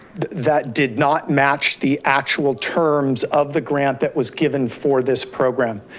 that did not match the actual terms of the grant that was given for this program.